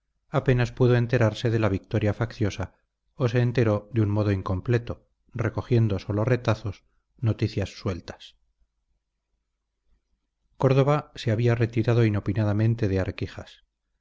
apenas pudo enterarse de la victoria facciosa o se enteró de un modo incompleto recogiendo sólo retazos noticias sueltas córdoba se había retirado inopinadamente de arquijas